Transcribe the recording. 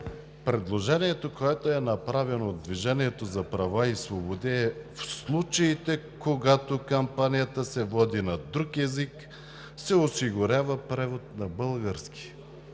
Предложението, което е направено от „Движението за права и свободи“, е, че в случаите, когато кампанията се води на друг език, се осигурява превод на български.